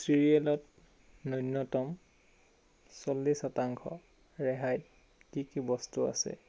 চিৰিয়েলত ন্যূনতম চল্লিছ শতাংশ ৰেহাইত কি কি বস্তু আছে